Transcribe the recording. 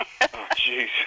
jeez